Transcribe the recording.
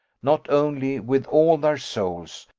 not only with all their souls,